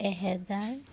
এহেজাৰ